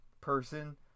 person